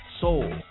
soul